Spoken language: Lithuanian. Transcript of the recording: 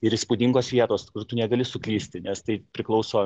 ir įspūdingos vietos kur tu negali suklysti nes tai priklauso